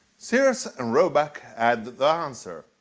sears and roebuck had the answer.